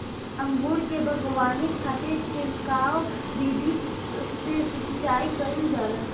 अंगूर के बगावानी खातिर छिड़काव विधि से सिंचाई कईल जाला